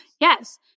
yes